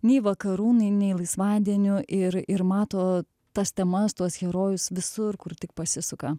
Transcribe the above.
nei vakarų nei nei laisvadienių ir ir mato tas temas tuos herojus visur kur tik pasisuka